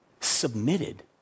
submitted